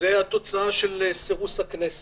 תוצאה של סירוס הכנסת.